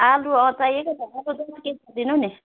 आलु अँ चाहिएको